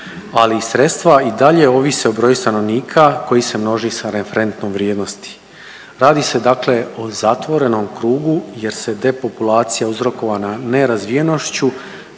ali sredstva i dalje ovise o broju stanovnika koji se množi sa referentnom vrijednosti. Radi se dakle o zatvorenom krugu jer se depopulacija uzrokovana nerazvijenošću